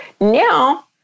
Now